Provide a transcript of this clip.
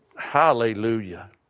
Hallelujah